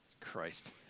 Christ